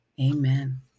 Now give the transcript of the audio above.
amen